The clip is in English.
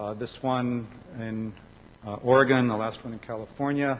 ah this one in oregon, the last one in california